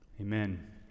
Amen